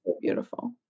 beautiful